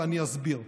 ואני אסביר.